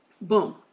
Boom